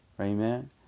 Amen